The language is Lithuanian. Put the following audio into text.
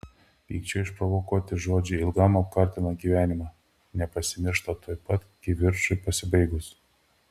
pykčio išprovokuoti žodžiai ilgam apkartina gyvenimą nepasimiršta tuoj pat kivirčui pasibaigus